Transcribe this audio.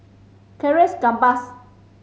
Charles Gamba